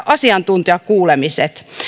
asiantuntijakuulemiset